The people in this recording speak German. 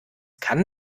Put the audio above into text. kann